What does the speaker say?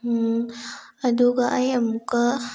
ꯑꯗꯨꯒ ꯑꯩ ꯑꯃꯨꯛꯀ